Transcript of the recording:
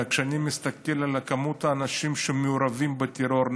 וכשאני מסתכל על מספר האנשים שמעורבים בטרור,